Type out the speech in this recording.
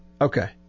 Okay